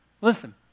Listen